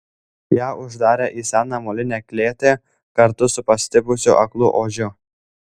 ją uždarė į seną molinę klėtį kartu su pastipusiu aklu ožiu